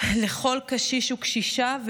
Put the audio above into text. לכל קשיש וקשישה,